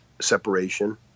separation